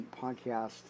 podcast